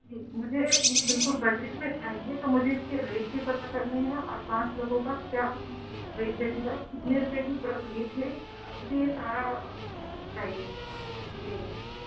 جی مجھے یہ بالکل بجٹ میں چاہیے تو مجھے اس کے ریٹ بھی پتا کرنے ہیں اور پانچ لوگوں کا کیا ریٹ بیٹھے گا کتنے روپئے کی پر پلیٹ ہے مجھے یہ سارا چاہیے ڈیٹیل میں